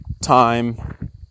time